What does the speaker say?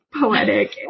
poetic